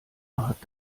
hat